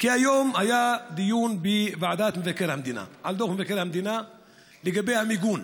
היום היה דיון בוועדת מבקר המדינה על דוח מבקר המדינה לגבי המיגון.